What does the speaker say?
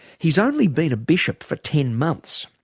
he's only been a bishop for ten months.